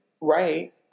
Right